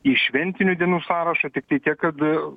į šventinių dienų sąrašą tiktai tiek kad